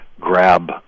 grab